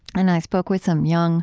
and i spoke with some young